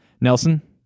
Nelson